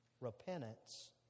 repentance